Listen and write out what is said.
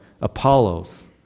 Apollos